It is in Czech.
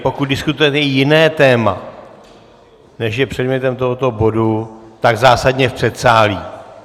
Pokud diskutujete jiné téma než je předmětem tohoto bodu, tak zásadně v předsálí!